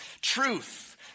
truth